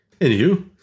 anywho